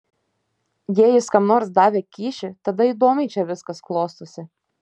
jei jis kam nors davė kyšį tada įdomiai čia viskas klostosi